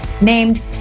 named